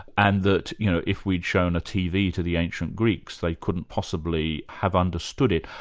and that you know if we'd shown a tv to the ancient greeks, they couldn't possibly have understood it.